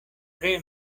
tre